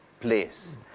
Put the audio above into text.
place